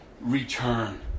return